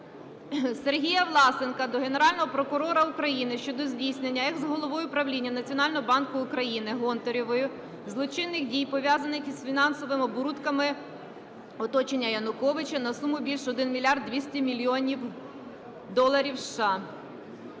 Сергія Власенка до Генерального прокурора України щодо здійснення екс-головою Правління Національного банку України Гонтаревою злочинних дій, пов'язаних із фінансовими оборудками оточення Януковича на суму більшу 1 мільярд 200 мільйонів доларів США.